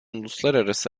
uluslararası